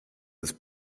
ist